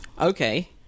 Okay